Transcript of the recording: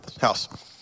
house